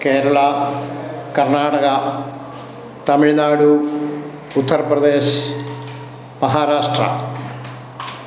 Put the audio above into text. Kerala Karnataka Tamil Nadu Uttar Pradesh Maharashtra